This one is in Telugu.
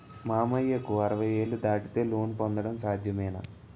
మామయ్యకు అరవై ఏళ్లు దాటితే లోన్ పొందడం సాధ్యమేనా?